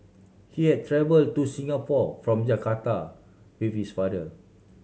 he had travel to Singapore from Jakarta with his father